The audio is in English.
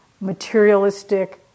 materialistic